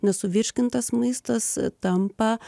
nesuvirškintas maistas tampa